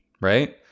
right